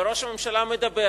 וראש הממשלה מדבר,